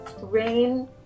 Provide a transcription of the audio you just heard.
Rain